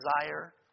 desire